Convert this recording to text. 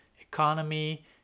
economy